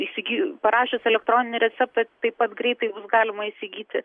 įsigi parašius elektroninį receptą taip pat greitai bus galima įsigyti